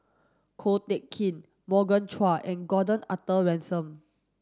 Ko Teck Kin Morgan Chua and Gordon Arthur Ransome